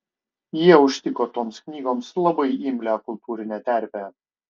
jie užtiko toms knygoms labai imlią kultūrinę terpę